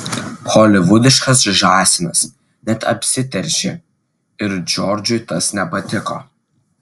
holivudiškas žąsinas net apsiteršė ir džordžui tas nepatiko